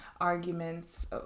arguments